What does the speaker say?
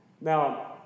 Now